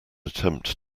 attempt